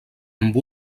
amb